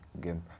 game